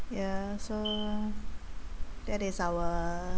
ya so that is our